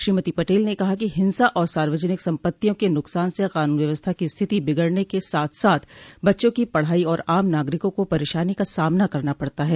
श्रीमती पटेल ने कहा है कि हिंसा और सार्वजनिक सम्पत्तियों के नुकसान से क़ानून व्यवस्था की स्थिति बिगड़ने क साथ साथ बच्चों की पढ़ाई और आम नागरिकों को परेशानी का सामना करना पड़ता है